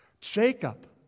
Jacob